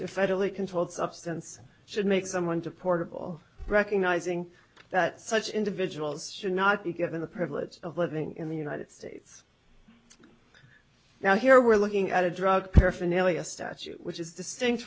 federally controlled substance should make someone to portable recognizing that such individuals should not be given the privilege of living in the united states now here we're looking at a drug paraphernalia statute which is distinct